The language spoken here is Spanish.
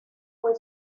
fue